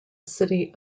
city